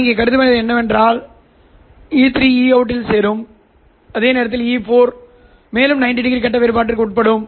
நான் இங்கே கருதுவது என்னவென்றால் E3 Eout இல் சேரும் அதே நேரத்தில் E4 மேலும் 900 கட்ட வேறுபாட்டிற்கு உட்படும்